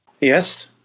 Yes